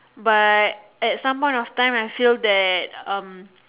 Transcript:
but at some point of time I feel that um